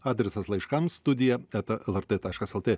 adresas laiškams studija eta lrt taškas lt